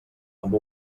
amb